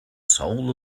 soul